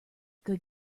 good